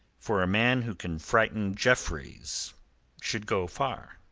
for a man who can frighten jeffreys should go far.